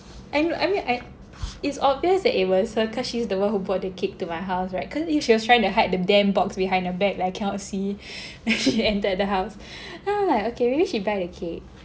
I mean I mean I it's obvious that it was her cause she's the one who bought the cake to my house right cause if she was trying to hide the damn box behind her back I cannot see when she entered the house and I'm like okay maybe she buy the cake